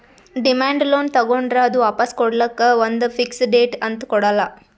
demand loan ತಗೋಂಡ್ರ್ ಅದು ವಾಪಾಸ್ ಕೊಡ್ಲಕ್ಕ್ ಒಂದ್ ಫಿಕ್ಸ್ ಡೇಟ್ ಅಂತ್ ಕೊಡಲ್ಲ